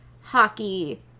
hockey